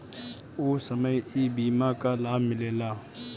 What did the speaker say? ऊ समय ई बीमा कअ लाभ मिलेला